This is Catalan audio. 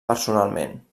personalment